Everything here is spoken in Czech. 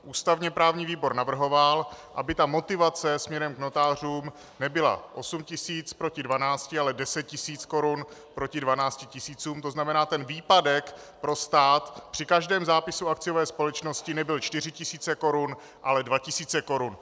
Ústavněprávní výbor navrhoval, aby ta motivace směrem k notářům nebylo 8 tisíc proti 12, ale 10 tisíc korun proti 12 tisícům, tzn. výpadek pro stát při každém zápisu akciové společnosti by nebyl 4 tisíce korun, ale 2 tisíce korun.